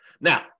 Now